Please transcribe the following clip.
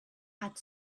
had